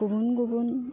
गुबुन गुबुन